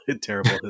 terrible